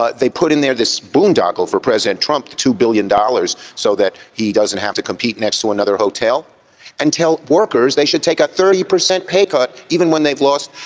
like they put in there this boondoggle for president trump two billion dollars so that he doesn't have to compete next to another hotel and tell workers they should take a thirty percent pay cut even when they've lost